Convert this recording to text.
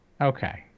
okay